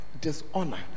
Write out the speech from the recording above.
dishonor